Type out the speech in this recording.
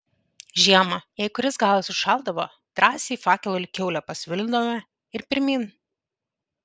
žiemą jei kuris galas užšaldavo drąsiai fakelu lyg kiaulę pasvilindavome ir pirmyn